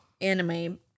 anime